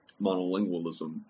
monolingualism